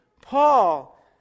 Paul